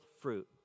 fruit